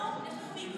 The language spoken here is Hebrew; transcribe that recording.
אנחנו, יש לנו